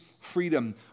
freedom